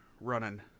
running